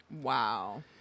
Wow